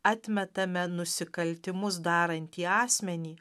atmetame nusikaltimus darantį asmenį